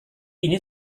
ini